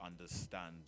understand